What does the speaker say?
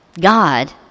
God